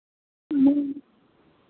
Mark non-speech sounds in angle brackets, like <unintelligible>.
<unintelligible>